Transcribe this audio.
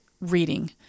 reading